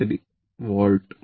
793 what